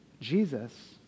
Jesus